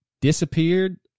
disappeared